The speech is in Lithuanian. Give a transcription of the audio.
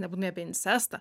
nebūtinai apie incestą